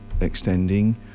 extending